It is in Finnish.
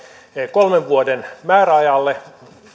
kolmen vuoden määräajalle